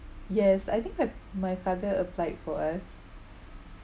yes I think my my father applied for us